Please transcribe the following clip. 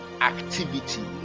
activity